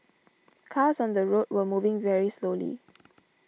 cars on the road were moving very slowly